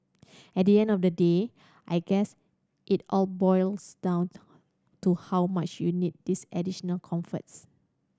at the end of the day I guess it all boils down to how much you need these additional comforts